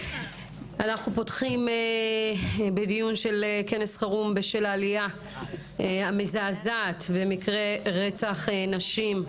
אנחנו פותחים בדיון של כנס חירום בשל העלייה המזעזעת במקרי רצח נשים.